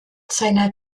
seiner